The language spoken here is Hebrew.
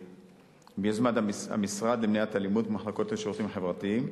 ביוזמת המשרד למניעת אלימות במחלקות לשירותים חברתיים.